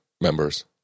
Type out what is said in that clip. members